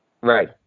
Right